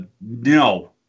No